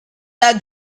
had